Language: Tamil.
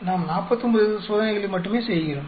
நாம் 49 சோதனைகளை மட்டுமே செய்கிறோம்